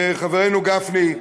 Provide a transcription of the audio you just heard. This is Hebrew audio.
חברנו גפני,